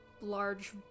large